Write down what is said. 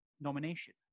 nomination